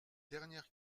dernière